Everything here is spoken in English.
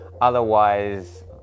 otherwise